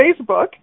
Facebook